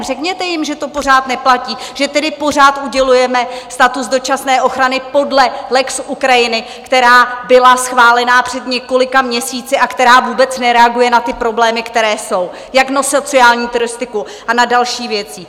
Řekněte jim, že to pořád neplatí, že tedy pořád udělujeme status dočasné ochrany podle lex Ukrajiny, která byla schválená před několika měsíci a která vůbec nereaguje na ty problémy, které jsou, jak na sociální turistiku a na další věci.